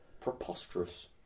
preposterous